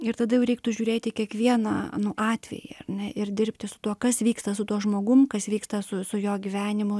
ir tada jau reiktų žiūrėt į kiekvieną nu atvejį ir dirbti su tuo kas vyksta su tuo žmogum kas vyksta su su jo gyvenimu